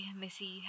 Missy